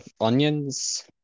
onions